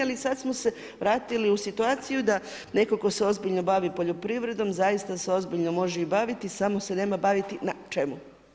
Ali sad smo se vratili u situaciju da netko tko se ozbiljno bavi poljoprivredom zaista se ozbiljno može i baviti samo se nema baviti na čemu.